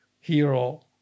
hero